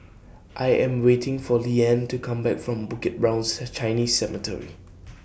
I Am waiting For Liane to Come Back from Bukit Brown's Chinese Cemetery